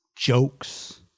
jokes